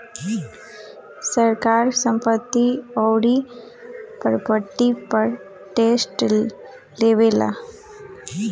सरकार संपत्ति अउरी प्रॉपर्टी पर टैक्स लगावेला